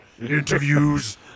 interviews